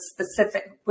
specific